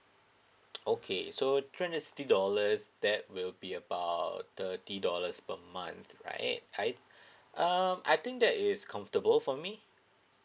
okay so three hundred and sixty dollars that will be about thirty dollars per month right I um I think that is comfortable for me